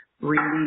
release